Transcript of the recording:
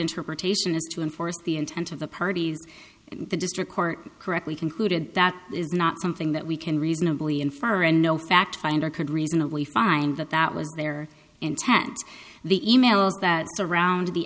interpretation is to enforce the intent of the parties in the district court correctly concluded that is not something that we can reasonably infer and no fact finder could reasonably find that that was their intent the e mails that surrounded the